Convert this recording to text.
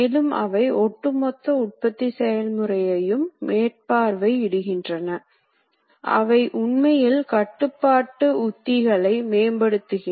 இங்கே வெளிப்படையான மின்னணு கணினி இல்லை என்றாலும்கூட காகித டேப்பில் சில எண் தரவு குத்தப்பட்டு அதன்படி இயந்திரம் கட்டுப்படுத்தப்பட்டது